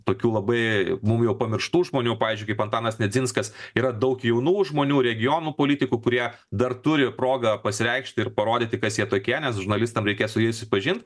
tokių labai mum jau pamirštų žmonių pavyzdžiui kaip antanas nedzinskas yra daug jaunų žmonių regionų politikų kurie dar turi progą pasireikšt ir parodyti kas jie tokie nes žurnalistam reikės su jais susipažint